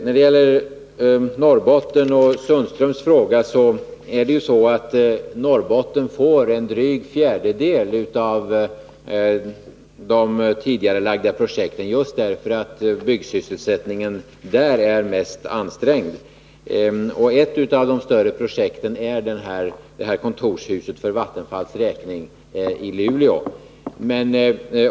När det gäller Sten-Ove Sundströms fråga vill jag säga att Norrbotten får en dryg fjärdedel av de tidigarelagda projekten, just därför att byggsysselsättningen där är mest ansträngd. Ett av de större projekten är ett kontorshus för Vattenfalls räkning i Luleå.